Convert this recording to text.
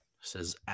Says